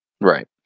Right